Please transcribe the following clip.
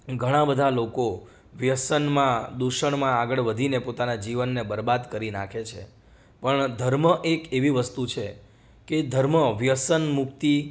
ઘણાં બધા લોકો વ્યસનમાં દૂષણમાં આગળ વધીને પોતાનાં જીવનને બરબાદ કરી નાખે છે પણ ધર્મ એક એવી વસ્તુ છે કે ધર્મ વ્યસન મુક્તિ